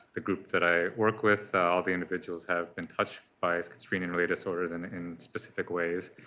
a group that i work with. all the individuals have been touched by schizophrenia-related disorders and in specific ways.